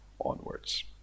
onwards